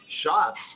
shots